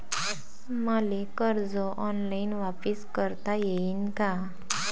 मले कर्ज ऑनलाईन वापिस करता येईन का?